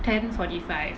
ten forty five